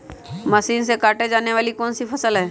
Machine से काटे जाने वाली कौन सी फसल है?